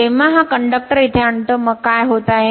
जेव्हा हा कंडक्टर इथे आणतो मग काय होत आहे